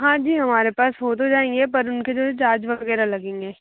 हाँ जी हमारे पास हो तो जाएंगे पर उनके जो है चार्ज वग़ैरह लगेंगे